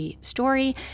Story